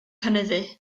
cynyddu